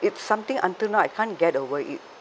it's something until now I can't get over it